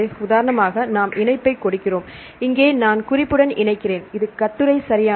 உதாரணமாக நாம் இணைப்பைக் கொடுக்கிறோம் இங்கே நான் குறிப்புடன் இணைக்கிறேன் இது கட்டுரை சரியானது